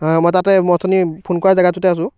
মই তাতে মই অথনি ফোন কৰা জেগাটোতে আছোঁ